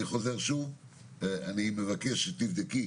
אני חוזר שוב ואומר שאני מבקש שתבדקי